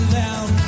down